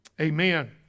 Amen